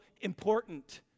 important